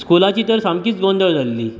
स्कुलाची तर सामकीच गोंदळ जाल्ली